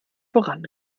voran